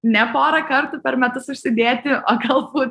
ne porą kartų per metus užsidėti o galbūt